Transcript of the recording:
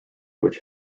which